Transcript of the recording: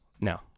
no